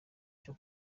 cyo